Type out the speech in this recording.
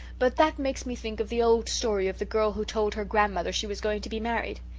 but that makes me think of the old story of the girl who told her grandmother she was going to be married.